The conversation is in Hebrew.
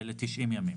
ל-90 ימים.